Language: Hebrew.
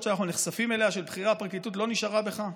שאנחנו נחשפים אליה של בכירי הפרקליטות לא נשארה בך?